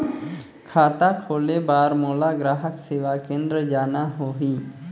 खाता खोले बार मोला ग्राहक सेवा केंद्र जाना होही?